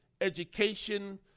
education